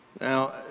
now